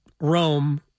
Rome